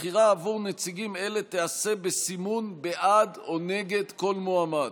הבחירה עבור נציגים אלה תיעשה בסימון בעד או נגד כל מועמד.